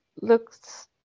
looks